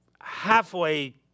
halfway